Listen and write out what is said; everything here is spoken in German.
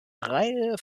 reihe